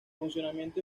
funcionamiento